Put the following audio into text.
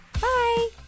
Bye